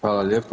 Hvala lijepo.